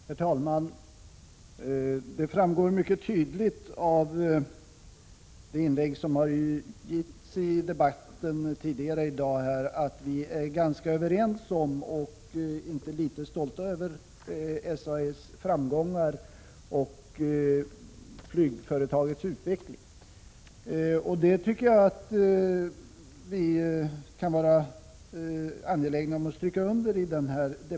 Herr talman! Det framgår ganska tydligt av de tidigare inläggen i debatten att vi är ganska överens om och inte så litet stolta över SAS framgångar och flygföretagets utveckling. Jag tycker att det kan vara angeläget att stryka under detta.